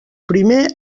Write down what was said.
primer